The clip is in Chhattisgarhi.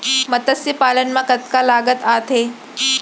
मतस्य पालन मा कतका लागत आथे?